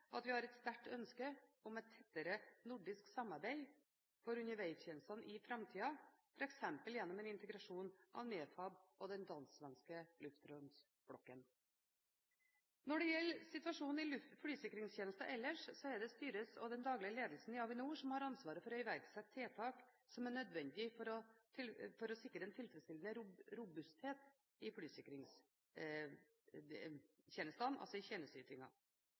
at vi har et sterkt ønske om et tettere nordisk samarbeid for undervegstjenestene i framtiden, f.eks. gjennom en integrasjon av NEFAB og den dansk-svenske luftromsblokken. Når det gjelder situasjonen i flysikringstjenesten ellers, er det styret og den daglige ledelsen i Avinor som har ansvaret for å iverksette tiltak som er nødvendige for å sikre en tilfredsstillende robusthet i flysikringstjenestene, altså i